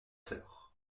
sœurs